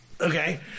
okay